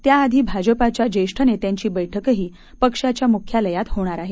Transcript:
त्याआधी भाजपाच्या ज्येष्ठ नेत्यांची बैठकही पक्षाच्या मुख्यालयात होणार आहे